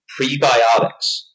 prebiotics